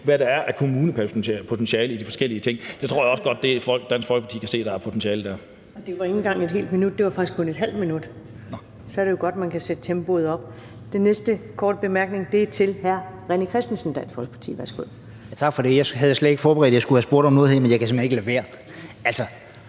hvad der er af kommunepotentiale i de forskellige ting. Der tror jeg også godt, at Dansk Folkeparti kan se, at der er et potentiale. Kl. 15:03 Første næstformand (Karen Ellemann): Det var ikke engang et helt minut, det var faktisk kun ½ minut. Så er det jo godt, man kan sætte tempoet op. Den næste korte bemærkning er til hr. René Christensen, Dansk Folkeparti. Værsgo. Kl. 15:03 René Christensen (DF): Tak for det. Jeg havde slet ikke forberedt, at jeg skulle spørge om noget her, men jeg kan simpelt hen ikke lade være. Altså,